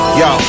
yo